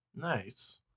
Nice